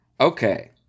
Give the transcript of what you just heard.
Okay